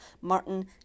Martin